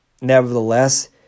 nevertheless